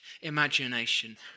imagination